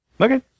Okay